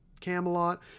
Camelot